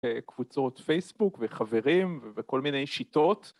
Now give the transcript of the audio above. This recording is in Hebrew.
קבוצות פייסבוק וחברים וכל מיני שיטות